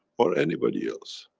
or anybody else?